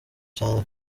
cyane